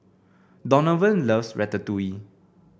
Donovan loves Ratatouille